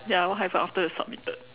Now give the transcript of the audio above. ya what happened after you submitted